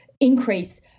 increase